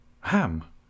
Ham